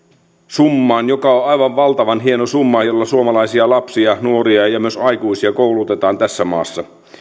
summaan joka on on aivan valtavan hieno summa jolla suomalaisia lapsia nuoria ja ja myös aikuisia koulutetaan tässä maassa